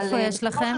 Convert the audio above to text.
אבל בסופו של דבר.